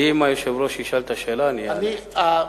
אם היושב-ראש ישאל את השאלה, אני אענה.